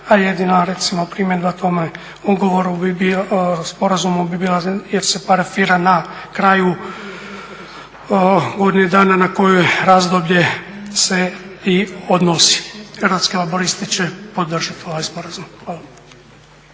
A jedino recimo primjer na tome sporazumu bi bila jer se parafira na kraju …/Govornik se ne razumije./… dana na koje razdoblje se i odnosi. Hrvatski laburisti će podržati ovaj sporazum. Hvala.